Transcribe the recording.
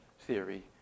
theory